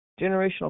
generational